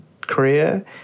career